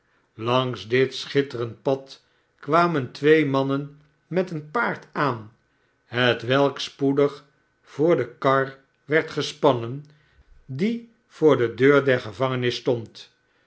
langs dit schitterend pad kwamen twee mannen met een paard aan hetwelk spoedig voor de kar werd gespannen die voor de deur der gevangenis